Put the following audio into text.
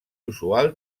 usual